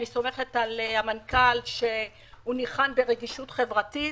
אני סומכת על המנכ"ל שניחן ברגישות חברתית.